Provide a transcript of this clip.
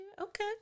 Okay